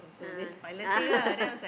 a'ah a'ah